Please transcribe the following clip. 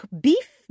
beef